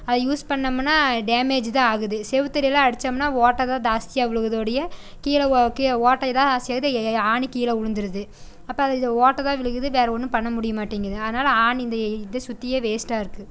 அதை யூஸ் பண்ணோம்னா டேமேஜ் தான் ஆகுது செவத்துல எல்லாம் அடித்தோம்னா ஓட்டை தான் ஜாஸ்தியா விழுகுது ஒழிய கீழே கீழே ஓட்டை தான் ஜாஸ்தியா ஆகுது ஆணி கீழே விழுந்துருது அப்போ இது ஓட்டை தான் விழுகுது வேறே ஒன்றும் பண்ண முடிய மாட்டேங்கிது அதனால ஆணி இந்த இதை சுத்தியே வேஸ்ட்டாக இருக்குது